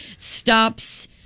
stops